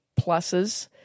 pluses